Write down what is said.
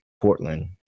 Portland